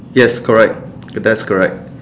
yes correct that's correct